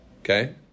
okay